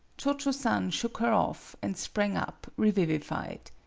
cho-cho-san shook her off, and sprang up, revivified.